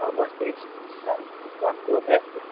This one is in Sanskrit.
आम् अस्ति श् वास्तुः अपि अस्ति